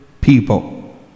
People